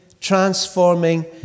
transforming